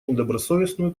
недобросовестную